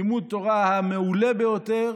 לימוד תורה המעולה ביותר